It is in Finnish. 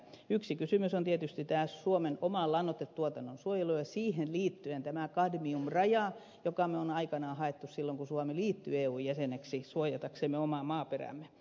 yksi kysymys on tietysti tämä suomen oman lannoitetuotannon suojelu ja siihen liittyen tämä kadmiumraja jonka me olemme aikanaan hakeneet silloin kun suomi liittyi eun jäseneksi suojataksemme omaa maaperäämme